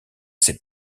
ses